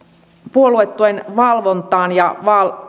puoluetuen valvontaan ja